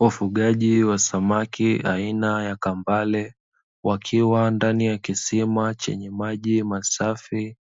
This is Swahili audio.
Ufugaji wa samaki aina ya kambale, wakiwa ndani ya kisima chenye maji masafi